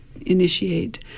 initiate